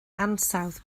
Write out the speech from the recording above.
ansawdd